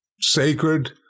sacred